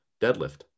deadlift